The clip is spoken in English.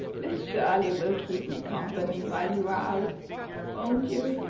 miss shirley will keep me company while you are out won't you?